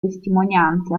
testimonianze